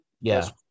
yes